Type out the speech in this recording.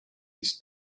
this